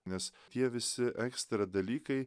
nes tie visi ekstra dalykai